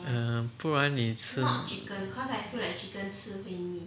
err 不然你吃